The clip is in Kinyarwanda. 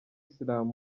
islam